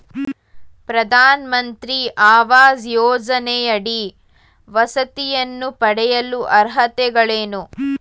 ಪ್ರಧಾನಮಂತ್ರಿ ಆವಾಸ್ ಯೋಜನೆಯಡಿ ವಸತಿಯನ್ನು ಪಡೆಯಲು ಅರ್ಹತೆಗಳೇನು?